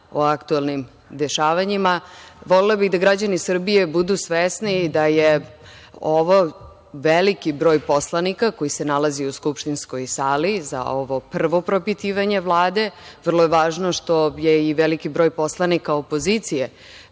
o aktuelnim dešavanjima. Volela bih da građani Srbije budu svesni da je ovo veliki broj poslanika koji se nalazi u skupštinskoj sali za ovo prvo propitivanje Vlade. Vrlo je važno što je i veliki broj poslanika opozicije